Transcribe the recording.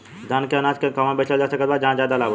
धान के अनाज के कहवा बेचल जा सकता जहाँ ज्यादा लाभ हो सके?